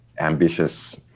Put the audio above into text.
ambitious